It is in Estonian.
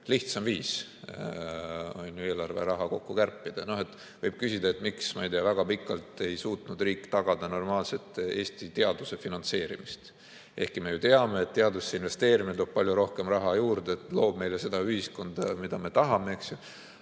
lihtsam viis eelarve raha kokku hoida. Võib küsida, miks väga pikalt ei suutnud riik tagada normaalset Eesti teaduse finantseerimist, ehkki me ju teame, et teadusesse investeerimine toob palju rohkem raha juurde, loob meile seda ühiskonda, mida me tahame.